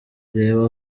reba